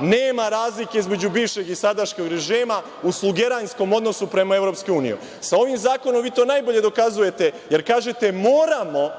nema razlike između bivšeg i sadašnjeg režima u odnosu prema EU. Sa ovim zakonom vi to najbolje dokazujete, jer kažete – moramo,